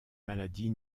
maladie